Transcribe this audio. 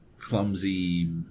clumsy